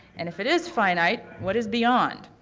and if it is finite, what is beyond?